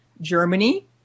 Germany